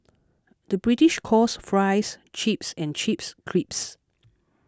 the British calls Fries Chips and Chips Crisps